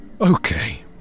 Okay